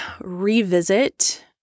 revisit